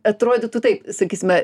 atrodytų taip sakysime